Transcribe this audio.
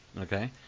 Okay